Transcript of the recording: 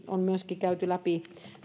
on hyvin myöskin käyty läpi